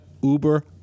Uber